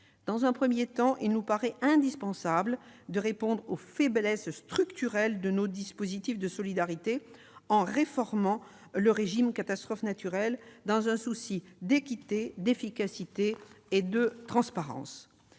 Dans un premier temps, il nous paraît indispensable de répondre aux faiblesses structurelles de nos dispositifs de solidarité en réformant le régime d'indemnisation des catastrophes naturelles, dans un souci d'équité, d'efficacité et de transparence.